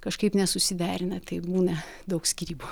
kažkaip nesusiderina tai būna daug skyrybų